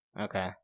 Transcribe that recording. Okay